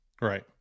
right